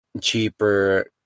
cheaper